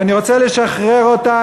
ואני רוצה לשחרר אותה,